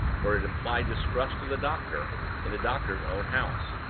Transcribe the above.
for it implied distrust of the doctor in the doctor's own house.